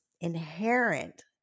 inherent